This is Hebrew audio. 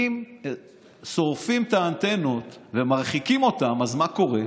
אם שורפים את האנטנות ומרחיקים אותן, מה קורה?